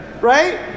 right